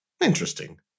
Interesting